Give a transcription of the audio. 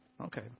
Okay